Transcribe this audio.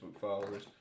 followers